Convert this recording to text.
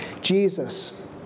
Jesus